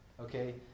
okay